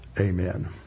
Amen